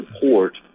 support